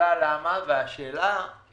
השאלה היא למה, והאם